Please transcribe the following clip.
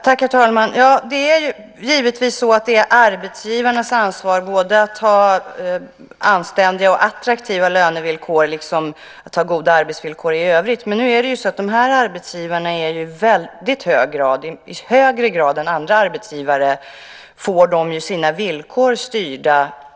Herr talman! Det är givetvis arbetsgivarnas ansvar att både ha anständiga och attraktiva lönevillkor och goda arbetsvillkor i övrigt. Men nu får ju dessa arbetsgivare i hög grad, i högre grad än andra arbetsgivare, sina villkor styrda.